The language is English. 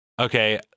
Okay